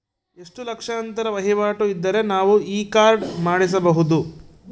ಎಷ್ಟು ಲಕ್ಷಾಂತರ ವಹಿವಾಟು ಇದ್ದರೆ ನಾವು ಈ ಕಾರ್ಡ್ ಮಾಡಿಸಬಹುದು?